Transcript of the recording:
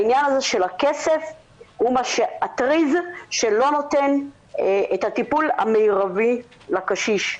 שעניין הכסף הוא הטריז שלא נותן את הטיפול המרבי לקשיש.